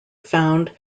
found